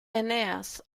eneas